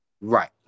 Right